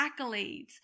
accolades